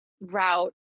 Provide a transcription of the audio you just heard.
route